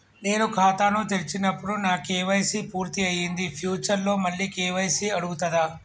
నేను ఖాతాను తెరిచినప్పుడు నా కే.వై.సీ పూర్తి అయ్యింది ఫ్యూచర్ లో మళ్ళీ కే.వై.సీ అడుగుతదా?